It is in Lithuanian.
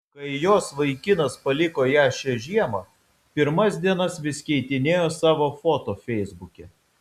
kai jos vaikinas paliko ją šią žiemą pirmas dienas vis keitinėjo savo foto feisbuke